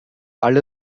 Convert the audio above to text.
alle